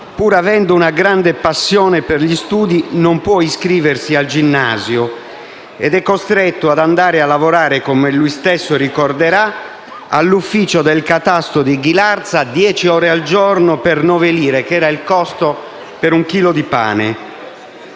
pur avendo una grande passione per gli studi, non può iscriversi al ginnasio ed è costretto ad andare a lavorare, come lui stesso ricorderà, all'ufficio del catasto di Ghilarza, dieci ore al giorno per nove lire, che era il prezzo di un chilo di pane.